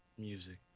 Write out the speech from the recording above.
Music